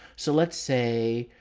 so let's say,